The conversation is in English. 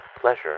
pleasure